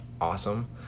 Awesome